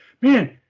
man